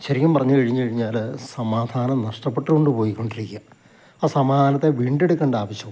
ശരിക്കും പറഞ്ഞു കഴിഞ്ഞു കഴിഞ്ഞാൽ സമാധാനം നഷ്ടപ്പെട്ട് കൊണ്ട് പോയിക്കൊണ്ടിരിക്കയ ആ സമാധാനത്തെ വീണ്ടെടുക്കേണ്ട ആവശ്യമുണ്ട്